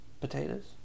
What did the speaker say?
potatoes